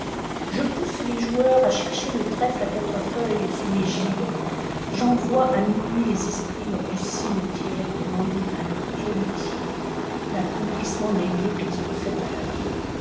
je pousse les joueurs à axbarfr le trèfle à quatre feuilles sous les gibets j'envoie à minuit les esprits hors du cimetière demander à leurs héritiers faccomplissement des vœux qu'ils ont faits à la mort